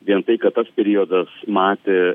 vien tai kad tas periodas matė